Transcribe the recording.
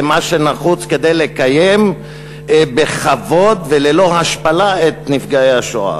למה שנחוץ כדי לקיים בכבוד וללא השפלה את נפגעי השואה,